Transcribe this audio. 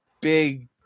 big